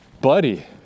buddy